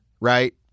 right